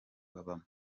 babamo